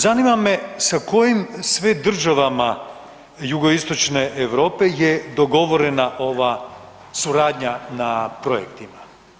Zanima me sa kojim sve državama Jugoistočne Europe je dogovorena ova suradnja na projektima?